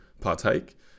partake